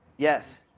Yes